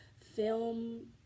film